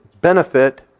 benefit